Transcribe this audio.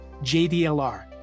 jdlr